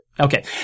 Okay